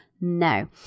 No